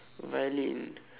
violin